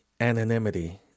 anonymity